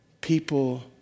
people